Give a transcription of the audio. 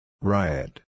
Riot